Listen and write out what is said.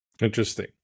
Interesting